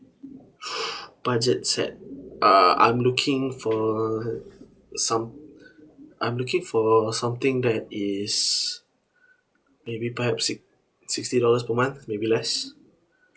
budget set uh I'm looking for some I'm looking for something that is maybe perhaps si~ sixty dollars per month maybe less